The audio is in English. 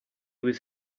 was